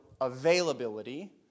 availability